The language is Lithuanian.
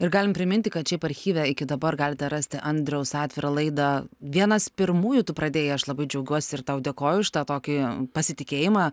ir galim priminti kad šiaip archyve iki dabar galite rasti andriaus atvirą laidą vienas pirmųjų tu pradėjai aš labai džiaugiuosi ir tau dėkoju už tą tokį pasitikėjimą